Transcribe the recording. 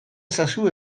ezazu